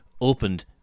opened